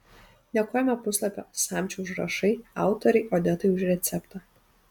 dėkojame puslapio samčio užrašai autorei odetai už receptą